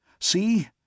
See